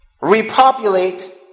Repopulate